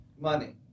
Money